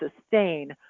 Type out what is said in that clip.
sustain